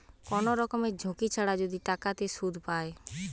কোন রকমের ঝুঁকি ছাড়া যদি টাকাতে সুধ পায়